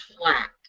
flat